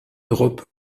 europe